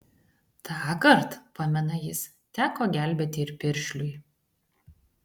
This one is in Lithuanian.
tąkart pamena jis teko gelbėti ir piršliui